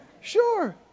sure